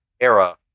era